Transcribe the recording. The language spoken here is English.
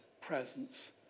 presence